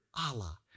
Allah